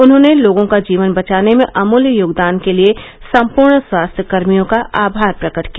उन्होंने लोगों का जीवन बचाने में अमृत्य योगदान के लिए संपूर्ण स्वास्थ्यकर्मियों का आभार प्रकट किया